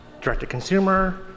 direct-to-consumer